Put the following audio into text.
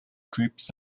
groups